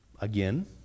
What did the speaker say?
Again